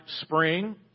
spring